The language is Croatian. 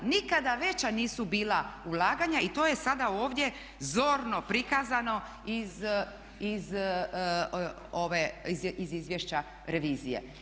Nikada veća nisu bila ulaganja i to je sada ovdje zorno prikazano iz izvješća revizije.